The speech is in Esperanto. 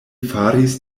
faris